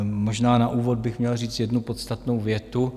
Možná na úvod bych měl říct jednu podstatnou větu.